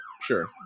sure